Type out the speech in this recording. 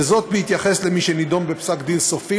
וזאת בהתייחס למי שנידון בפסק דין סופי